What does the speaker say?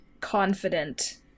confident